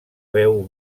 veu